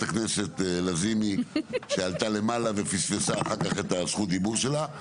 חברת הכנסת לזימי שעלתה למעלה ופספסה אחר כך את זכות הדיבור שלה,